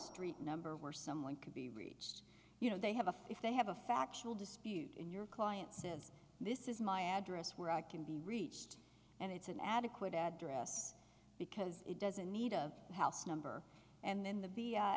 street number where someone could be reached you know they have a if they have a factual dispute in your client since this is my address where i can be reached and it's an adequate address because it doesn't need of the house number and then the